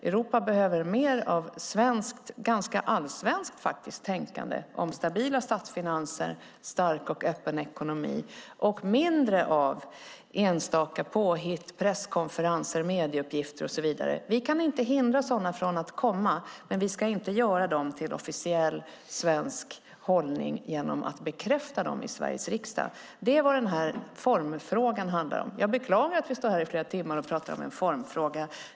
Europa behöver mer av ett ganska allsvenskt tänkande om stabila statsfinanser och en stark, öppen ekonomi och mindre av enstaka påhitt, presskonferenser, medieuppgifter och så vidare. Vi kan inte hindra sådana från att komma, men vi ska inte göra dem till officiell svensk hållning genom att bekräfta dem i Sveriges riksdag. Detta är vad formfrågan handlar om. Jag beklagar att vi står här i flera timmar och pratar om en formfråga.